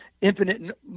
infinite